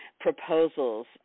proposals